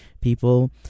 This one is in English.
people